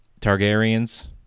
Targaryens